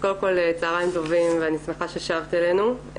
קודם כל צהריים טובים, ואני שמחה ששבת אלינו.